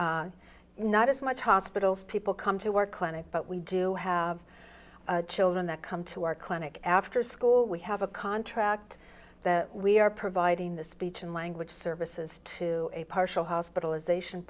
hospitals not as much hospitals people come to our clinic but we do have children that come to our clinic after school we have a contract that we are providing the speech and language services to a partial hospitalization